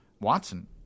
Watson